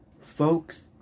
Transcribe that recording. Folks